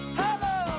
hello